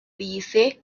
dice